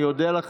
אני אודה לכם.